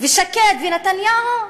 ושקד ונתניהו?